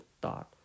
thought